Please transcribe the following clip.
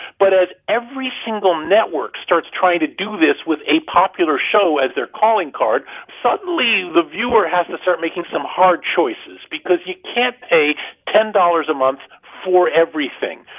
but as every single network starts trying to do this with a popular show as their calling card, suddenly the viewer has to start making some hard choices because you can't pay ten dollars a month for everything.